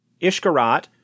Ishkarat